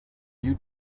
you